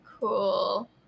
cool